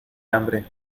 hambre